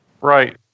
Right